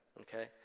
Okay